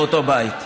באותו בית.